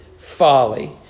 folly